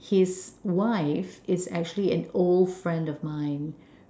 his wife is actually an old friend of mine